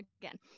again